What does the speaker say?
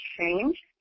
change